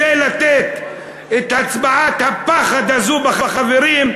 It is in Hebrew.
לתת את הצבעת הפחד הזאת בחברים,